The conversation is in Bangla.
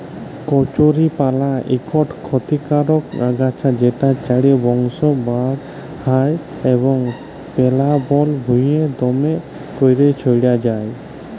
কচুরিপালা ইকট খতিকারক আগাছা যেট চাঁড়ে বংশ বাঢ়হায় এবং পেলাবল ভুঁইয়ে দ্যমে ক্যইরে ছইড়াই যায়